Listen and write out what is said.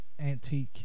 antique